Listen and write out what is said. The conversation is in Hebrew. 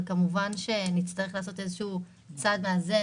אבל כמובן שנצטרך לעשות איזשהו צעד מאזן